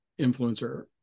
influencer